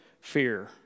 fear